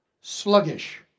sluggish